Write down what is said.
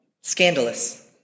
Scandalous